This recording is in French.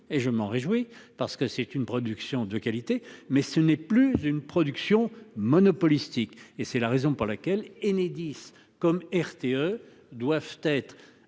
et je m'en réjouis parce que c'est une production de qualité, mais ce n'est plus une production monopolistique et c'est la raison pour laquelle Enedis comme RTE doivent être